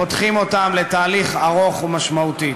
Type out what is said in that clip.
פותחים אותם לתהליך ארוך ומשמעותי.